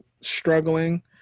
struggling